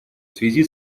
связи